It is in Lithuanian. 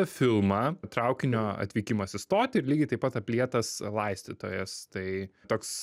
filmą traukinio atvykimas į stotį ir lygiai taip pat aplietas laistytojas tai toks